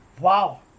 Wow